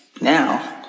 now